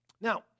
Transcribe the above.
now